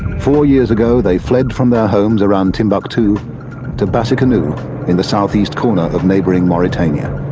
four years ago they fled from their homes around timbuktu to batacanou in the southeast corner of neighbouring mauritania.